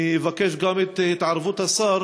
אני מבקש את התערבות השר